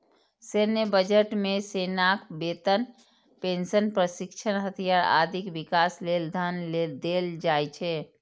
सैन्य बजट मे सेनाक वेतन, पेंशन, प्रशिक्षण, हथियार, आदिक विकास लेल धन देल जाइ छै